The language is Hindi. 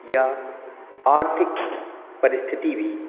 या आर्थिक परिस्थिति भी